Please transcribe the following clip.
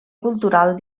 cultural